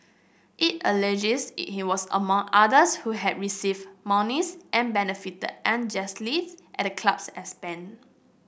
it alleges he was among others who had received monies and benefited unjustly at the club's expense